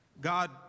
God